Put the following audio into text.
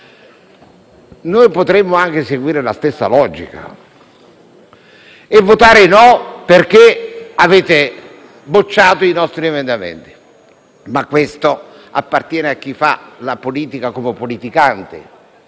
no. Potremmo anche seguire la stessa logica e votare no, perché avete bocciato i nostri emendamenti, ma questo appartiene a chi fa la politica come politicante,